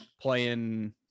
playing